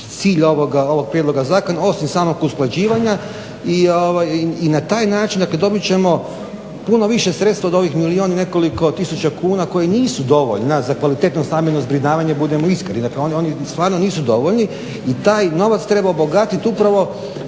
cilj ovog prijedloga zakona, osim samog usklađivanja i na taj način dobit ćemo puno više sredstava od ovih milijun i nekoliko tisuća kuna koji nisu dovoljna za kvalitetno stambeno zbrinjavanje. Budimo iskreni, dakle oni stvarno nisu dovoljni i taj novac treba obogatit upravo